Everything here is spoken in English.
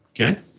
Okay